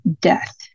death